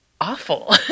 awful